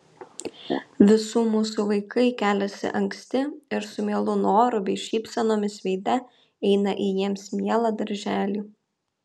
visų mūsų vaikai keliasi anksti ir su mielu noru bei šypsenomis veide eina į jiems mielą darželį